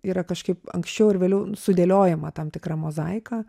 yra kažkaip anksčiau ar vėliau sudėliojama tam tikra mozaika